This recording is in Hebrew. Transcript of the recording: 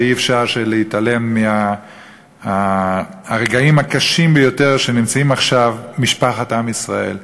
ואי-אפשר להתעלם מהרגעים הקשים ביותר שבהם נמצאת עכשיו משפחת עם ישראל.